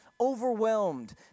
overwhelmed